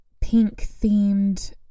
pink-themed